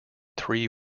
three